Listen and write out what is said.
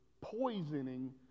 poisoning